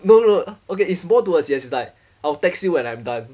no no okay is more towards yes it's like I'll text you when I'm done